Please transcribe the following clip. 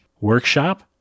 workshop